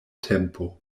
tempo